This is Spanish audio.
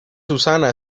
susana